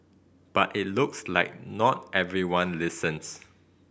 but it looks like not everyone listens